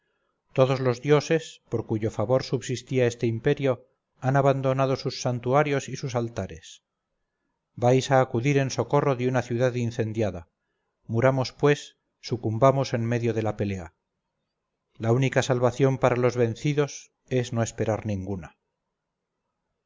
todos los dioses por cuyo favor subsistía este imperio han abandonado sus santuarios y sus altares vais a acudir en socorro de una ciudad incendiada muramos pues sucumbamos en medio de la pelea la única salvación para los vencidos es no esperar ninguna